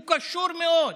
הוא קשור מאוד,